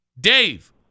Dave